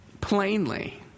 plainly